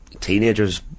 teenagers